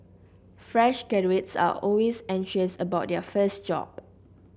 fresh graduates are always anxious about their first job